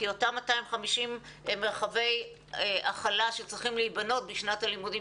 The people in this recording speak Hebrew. כי אותם 250 מרחבי הכלה שצריכים להיבנות בשנת הלימודים